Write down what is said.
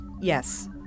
yes